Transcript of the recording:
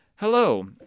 Hello